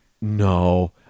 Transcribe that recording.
No